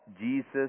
Jesus